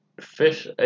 Fish